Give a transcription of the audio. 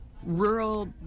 Rural